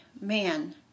man